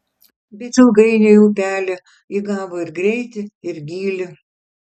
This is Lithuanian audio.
bet ilgainiui upelė įgavo ir greitį ir gylį